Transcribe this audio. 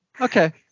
Okay